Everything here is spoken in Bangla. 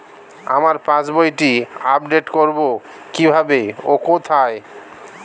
আমার পাস বইটি আপ্ডেট কোরবো কীভাবে ও কোথায়?